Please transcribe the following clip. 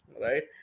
right